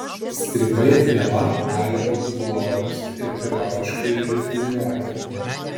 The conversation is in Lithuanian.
strypai ir viela gali būti glotnūs ir periodiškai rifliuoti